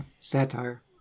satire